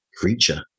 creature